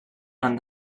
han